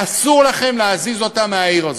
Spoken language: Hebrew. ואסור לכם להזיז אותה מהעיר הזאת.